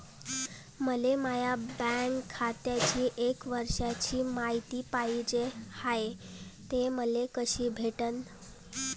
मले माया बँक खात्याची एक वर्षाची मायती पाहिजे हाय, ते मले कसी भेटनं?